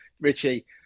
richie